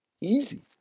Easy